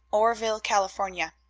oreville, california.